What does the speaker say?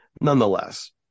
Nonetheless